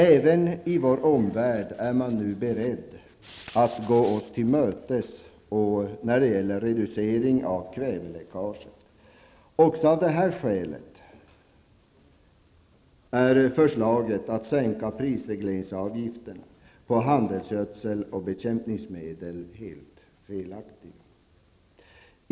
Även i vår omvärld är man nu beredd att gå oss till mötes när det gäller reducering av kväveläckaget. Också av det skälet är förslagen att sänka prisregleringsavgiften på handelsgödsel och bekämpningsmedel helt felaktiga.